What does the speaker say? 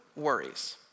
worries